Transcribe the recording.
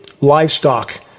livestock